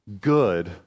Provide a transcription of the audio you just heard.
good